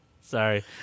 Sorry